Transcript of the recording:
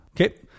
Okay